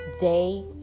day